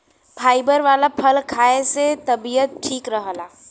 fibre वाला फल खाए से तबियत ठीक रहला